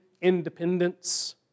independence